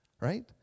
right